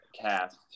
cast